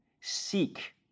Seek